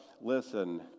Listen